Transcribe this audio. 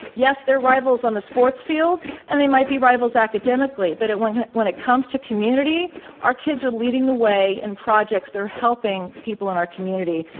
yes, they're rivals on the sports field and they might be rivals academically but when when it comes to community our kids are leading the way in projects. they're helping people in our community.